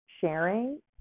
sharing